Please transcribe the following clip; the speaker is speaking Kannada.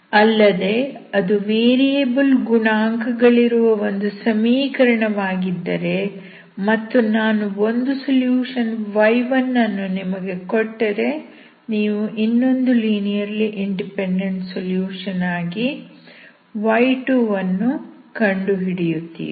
ಅಲ್ಲದೆ ಅದು ವೇರಿಯಬಲ್ ಗುಣಾಂಕಗಳಿರುವ ಒಂದು ಸಮೀಕರಣವಾಗಿದ್ದರೆ ಮತ್ತು ನಾನು ಒಂದು ಸೊಲ್ಯೂಷನ್ y1 ಅನ್ನು ನಿಮಗೆ ಕೊಟ್ಟರೆ ನೀವು ಇನ್ನೊಂದು ಲೀನಿಯರ್ಲಿ ಇಂಡಿಪೆಂಡೆಂಟ್ ಸೊಲ್ಯೂಷನ್ ಆಗಿ y2 ವನ್ನು ಕಂಡುಹಿಡಿಯುತ್ತೀರಿ